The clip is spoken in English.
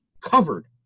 covered